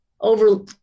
over